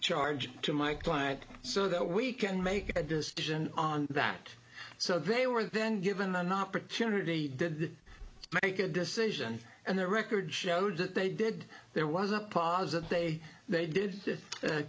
charged to my client so that we can make a decision on that so they were then given an opportunity did make a decision and the record showed that they did there was a pause that they they did